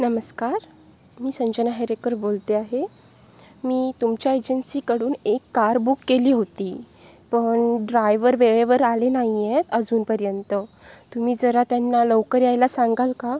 नमस्कार मी चंचल अहिरेकर बोलते आहे मी तुमच्या एजन्सीकडून एक कार बुक केली होती पण ड्रायव्हर वेळेवर आले नाही आहेत अजूनपर्यंत तुम्ही जरा त्यांना लवकर यायला सांगाल का